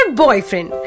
boyfriend